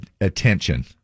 attention